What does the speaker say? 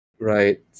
Right